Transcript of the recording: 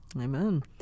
Amen